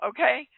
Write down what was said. Okay